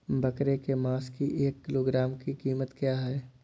बकरे के मांस की एक किलोग्राम की कीमत क्या है?